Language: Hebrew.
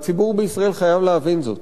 והציבור בישראל חייב להבין זאת.